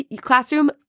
classroom